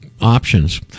options